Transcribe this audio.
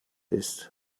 ist